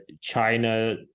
China